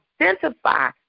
identify